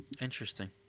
Interesting